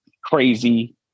Crazy